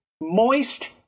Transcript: Moist